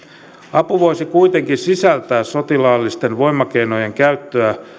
apu voisi kuitenkin sisältää sotilaallisten voimakeinojen käyttöä